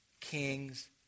kings